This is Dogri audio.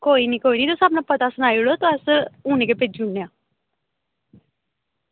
कोई निं कोई निं तुस अपना पता सनाई ओड़ो तुस हून गै भेजी ओड़ने आं